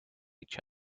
each